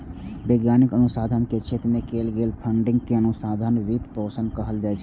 वैज्ञानिक अनुसंधान के क्षेत्र मे कैल गेल फंडिंग कें अनुसंधान वित्त पोषण कहल जाइ छै